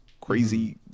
crazy